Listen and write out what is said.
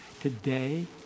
today